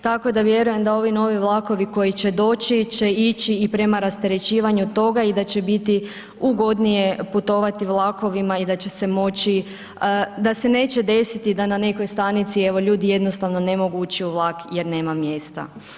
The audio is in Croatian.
Tako da vjerujem da ovi novi vlakovi koji će doći, će ići i prema rasterećivanju toga i da će biti ugodnije putovati vlakovima i da će se moći, da se neće desiti da na nekoj stanici evo ljudi jednostavno ne mogu ući u vlak jer nema mjesta.